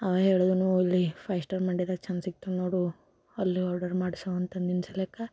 ಅವ ಹೇಳಿದನು ಇಲ್ಲಿ ಫೈವ್ ಸ್ಟಾರ್ ಮಂಡಿದಾಗೆ ಚೆಂದ ಸಿಗ್ತದೆ ನೋಡು ಅಲ್ಲಿ ಆರ್ಡರ್ ಮಾಡಿಸು ಅಂತ ಅಂದಿದ್ದ ಸಲೆಕೆ